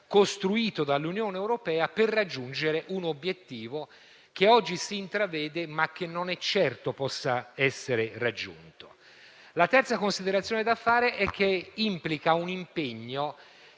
costruito dall'Unione europea per raggiungere un obiettivo che oggi si intravede, ma che non è certo possa essere raggiunto. La terza considerazione da fare è che implica un impegno